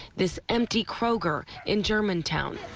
this empty kroger in germantown,